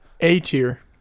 A-tier